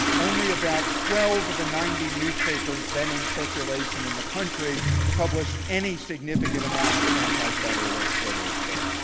only about twelve of the ninety newspapers then in circulation in the country published any significant amount of antifederalist literature.